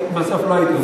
ובסוף לא הייתי,